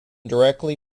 directly